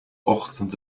ochtend